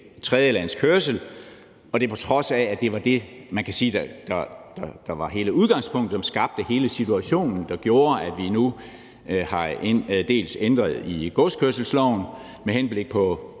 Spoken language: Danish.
tredjelandskørsel, på trods af at man kan sige, at det var det, der var hele udgangspunktet, som skabte hele situationen, der gjorde, at vi har ændret godskørselsloven med henblik på